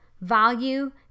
value